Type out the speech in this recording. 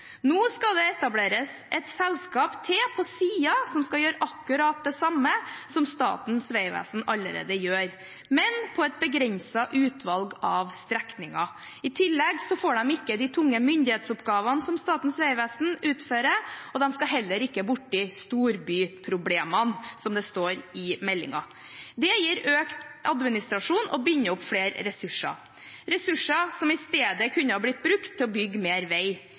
Nå skal det etableres et selskap til på siden, som skal gjøre akkurat det samme som Statens vegvesen allerede gjør, men på et begrenset utvalg av strekninger. I tillegg får de ikke de tunge myndighetsoppgavene som Statens vegvesen utfører, og de skal heller ikke borti storbyproblemene, som det står i meldingen. Det gir økt administrasjon og binder opp flere ressurser, ressurser som i stedet kunne blitt brukt til å bygge mer vei.